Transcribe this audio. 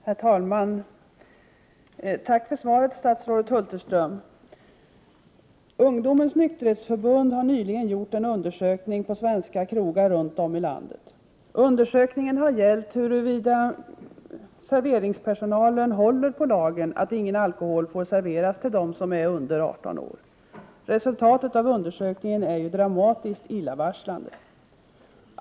Herr talman! Tack för svaret, statsrådet Hulterström! Ungdomens Nykterhetsförbund har nyligen gjort en undersökning på svenska krogar runt om i landet. Undersökningen har gällt huruvida serveringspersonalen följer reglerna om att ingen alkohol får serveras till dem som är under 18 år. Resultatet av undersökningen är dramatiskt illavarslande.